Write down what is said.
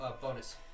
bonus